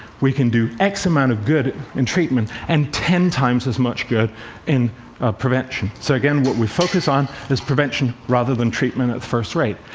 we can do x amount of good in treatment, and ten times as much good in prevention. so again, what we focus on is prevention rather than treatment, at first rate.